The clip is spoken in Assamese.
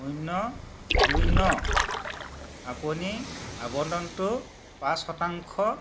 শূন্য দুই ন আপুনি আবণ্টনটো পাঁচ শতাংশ